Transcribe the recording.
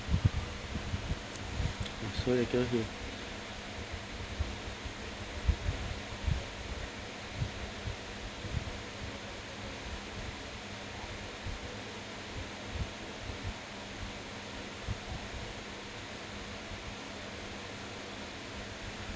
sorry I told her